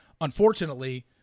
unfortunately